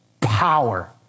power